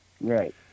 Right